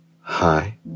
Hi